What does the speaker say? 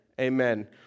Amen